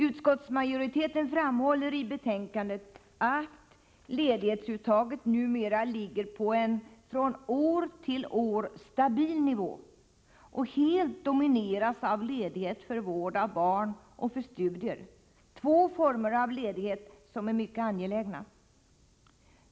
Utskottsmajoriteten framhåller i betänkandet att ledighetsuttaget numera ligger på en stabil nivå från år till år och att det helt dominerande är ledighet för vård av barn och för studier. Detta är två former av ledighet som är mycket angelägna.